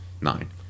Nine